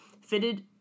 fitted